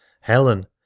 Helen